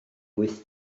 wyth